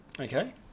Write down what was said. okay